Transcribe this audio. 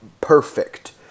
perfect